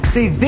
See